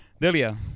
Delia